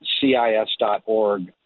cis.org